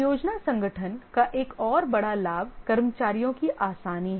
परियोजना संगठन का एक और बड़ा लाभ कर्मचारियों की आसानी है